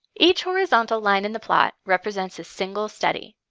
each horizontal line in the plot represents a single study.